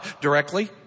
directly